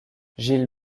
gilles